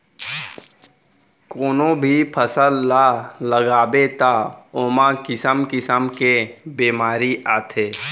कोनो भी फसल ल लगाबे त ओमा किसम किसम के बेमारी आथे